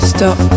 Stop